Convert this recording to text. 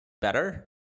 better